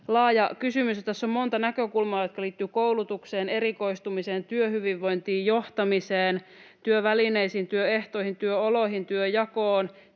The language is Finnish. laaja kysymys, ja tässä on monta näkökulmaa, jotka liittyvät koulutukseen, erikoistumiseen, työhyvinvointiin, johtamiseen, työvälineisiin, työehtoihin, työoloihin, työnjakoon,